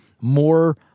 more